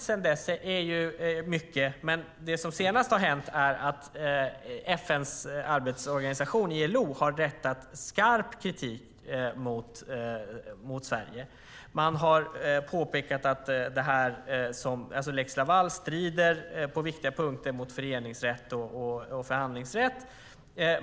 Sedan dess har mycket hänt, men det som senast har hänt är att FN:s arbetsorganisation ILO har riktat skarp kritik mot Sverige. Man har påpekat att lex Laval på viktiga punkter strider mot föreningsrätt och förhandlingsrätt.